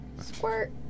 Squirt